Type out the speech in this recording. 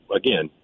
again